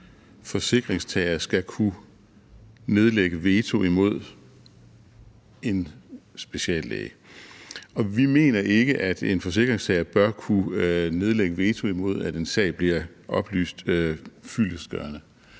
forsikringstager skal kunne nedlægge veto imod en speciallæge. Vi mener ikke, at en forsikringstager bør kunne nedlægge veto imod, at en sag bliver oplyst fyldestgørende,